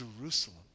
Jerusalem